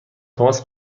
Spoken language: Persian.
تماس